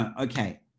okay